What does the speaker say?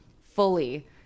fully